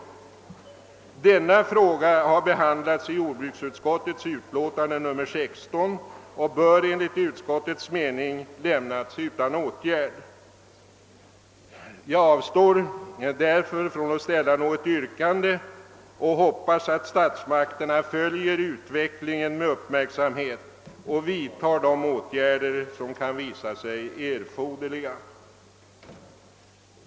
Denna fråga har behandlats i jordbruksutskottets utlåtande nr 16, och motionen bör enligt utskottets mening lämnas utan åtgärd. Jag avstår därför från att ställa något yrkande och hoppas att statsmakterna följer utvecklingen med uppmärksamhet och vidtar de åtgärder som kan visa sig erforderliga.